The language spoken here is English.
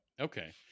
Okay